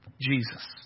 Jesus